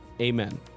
Amen